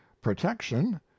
protection